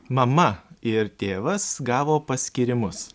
mama ir tėvas gavo paskyrimus